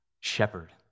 shepherd